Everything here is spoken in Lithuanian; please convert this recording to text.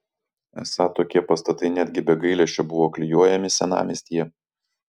esą tokie pastatai netgi be gailesčio buvo klijuojami senamiestyje